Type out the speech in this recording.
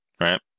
right